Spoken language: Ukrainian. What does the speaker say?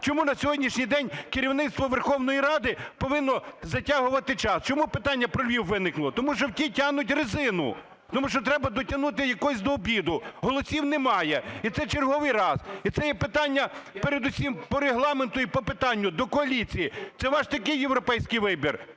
Чому на сьогоднішній день керівництво Верховної Ради повинно затягувати час? Чому питання про Львів виникло? Тому що ті тягнуть резину, тому що треба дотягнути якось до обіду. Голосів немає. І це черговий раз. І це є питання передусім по Регламенту і по питанню до коаліції. Це ваш такий європейський вибір?